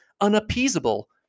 unappeasable